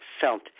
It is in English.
felt